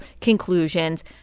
conclusions